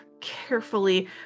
carefully